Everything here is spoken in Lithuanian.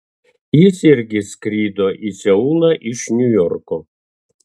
jis irgi skrido į seulą iš niujorko